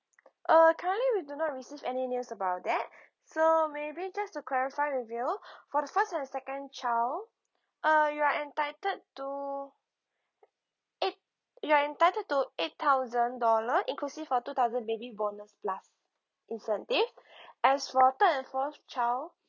uh currently we do not receive any news about that so maybe just to clarify with you for the first and the second child ah you are entitled to eight you are entitled to eight thousand dollar inclusive of two thousand baby bonus plus incentive as for third and fourth child